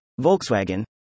Volkswagen